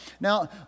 Now